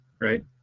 right